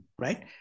right